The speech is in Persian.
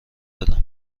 بدم